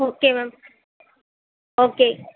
okay ma'am okay